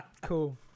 Cool